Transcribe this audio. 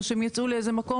או שהם יצאו לאיזה מקום,